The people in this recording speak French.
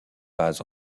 pas